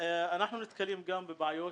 אנחנו נתקלים בבעיות,